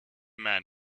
man